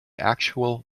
actual